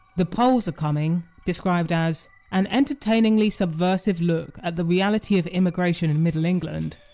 the poles are coming, described as an entertainingly subversive look at the reality of immigration in middle england,